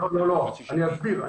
אסביר.